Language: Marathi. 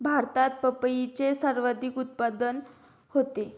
भारतात पपईचे सर्वाधिक उत्पादन होते